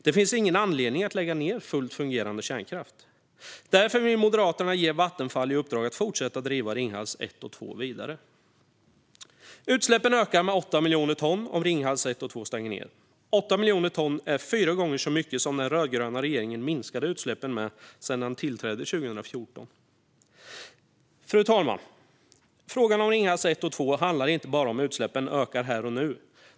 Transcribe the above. Det finns ingen anledning att lägga ned fullt fungerande kärnkraft. Därför vill Moderaterna ge Vattenfall i uppdrag att driva Ringhals 1 och 2 vidare. Utsläppen ökar med 8 miljoner ton om Ringhals 1 och 2 stängs. 8 miljoner ton är fyra gånger så mycket som den rödgröna regeringen har minskat utsläppen med sedan den tillträdde 2014. Fru talman! Frågan om Ringhals 1 och 2 handlar inte bara om att utsläppen ökar här och nu.